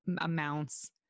amounts